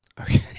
Okay